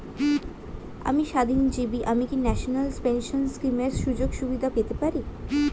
আমি স্বাধীনজীবী আমি কি ন্যাশনাল পেনশন স্কিমের সুযোগ সুবিধা পেতে পারি?